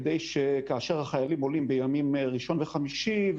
כדי שכאשר החיילים עולים בראשון וחמישי,